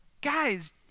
guys